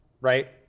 right